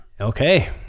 Okay